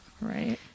right